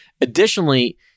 Additionally